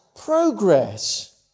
progress